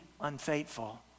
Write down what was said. unfaithful